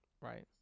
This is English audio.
right